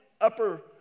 upper